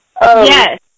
Yes